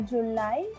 July